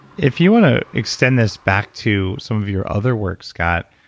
if you want to extend us back to some of your other work, scott,